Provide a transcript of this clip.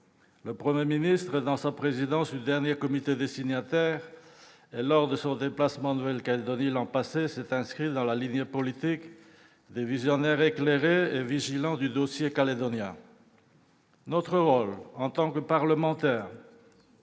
Le Premier ministre, en présidant le dernier comité des signataires et lors de son déplacement en Nouvelle-Calédonie l'an passé, s'est inscrit dans la lignée politique des visionnaires éclairés et vigilants du dossier calédonien. Notre rôle, en tant que parlementaires,